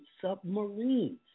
submarines